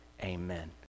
amen